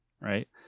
Right